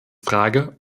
frage